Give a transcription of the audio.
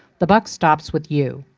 the buck stops with you.